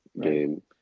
game